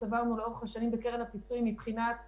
ח"כ מיקי